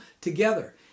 together